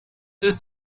ist